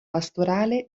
pastorale